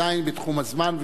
עדיין בתחום הזמן,